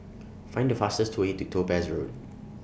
Find The fastest Way to Topaz Road